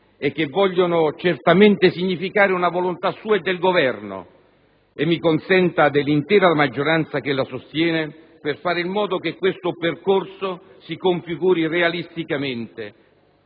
che vogliono certamente significare una volontà sua, del Governo e - mi consenta - dell'intera maggioranza che la sostiene a fare in modo che questo percorso si configuri realisticamente.